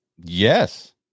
Yes